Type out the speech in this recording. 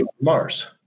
mars